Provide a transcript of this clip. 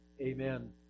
Amen